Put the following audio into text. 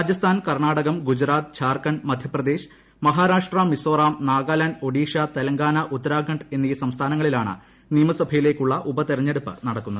രാജസ്ഥാൻ കർണാടക ഗുജറാത്ത് ഝാർഖണ്ഡ് മധ്യപ്രദേശ് മഹാരാഷ്ട്ര മിസോറാം നാഗാലാന്റ് ഒഡീഷ തെലങ്കാന ഉത്തരാഖണ്ഡ് എന്നീ സംസ്ഥാനങ്ങളിലാണ് ് നിയമസഭയിലേക്കുള്ള ഉപതെരഞ്ഞെടുപ്പ് നടക്കുന്നത്